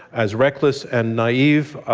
as reckless and naive.